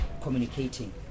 Communicating